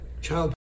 child